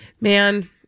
man